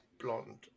Blonde